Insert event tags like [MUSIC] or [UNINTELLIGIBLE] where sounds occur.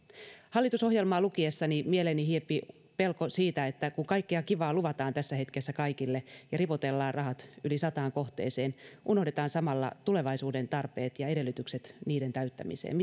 hallitusohjelmaa lukiessani mieleeni hiipi pelko siitä että kun kaikkea kivaa luvataan tässä hetkessä kaikille ja ripotellaan rahat yli sataan kohteeseen ja unohdetaan samalla tulevaisuuden tarpeet ja edellytykset niiden täyttämiseen [UNINTELLIGIBLE]